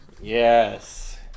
Yes